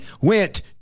went